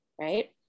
Right